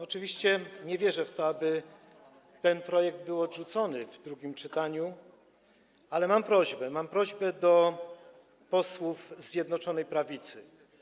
Oczywiście nie wierzę w to, aby ten projekt był odrzucony w drugim czytaniu, ale mam prośbę, prośbę do posłów Zjednoczonej Prawicy.